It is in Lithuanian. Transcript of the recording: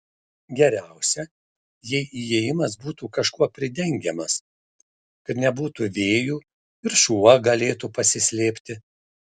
geriausia jei įėjimas būtų kažkuo pridengiamas kad nebūtų vėjų ir šuo galėtų pasislėpti